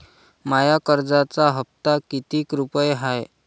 माया कर्जाचा हप्ता कितीक रुपये हाय?